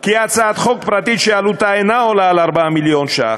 כי הצעת חוק פרטית שעלותה אינה עולה על 4 מיליון שקל,